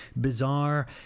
bizarre